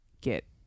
get